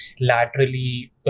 laterally